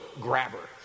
Grabber